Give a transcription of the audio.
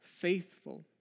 faithful